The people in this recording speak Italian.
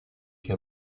che